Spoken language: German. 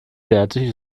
fertig